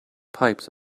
pipes